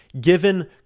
given